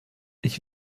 ich